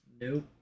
Nope